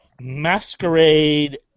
Masquerade